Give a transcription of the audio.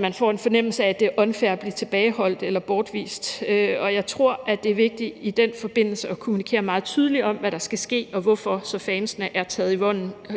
man får en fornemmelse af, at det er unfair at blive tilbageholdt eller bortvist. Jeg tror, det er vigtigt i den forbindelse at kommunikere meget tydeligt om, hvad der skal ske og hvorfor, så fansene er taget